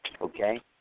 Okay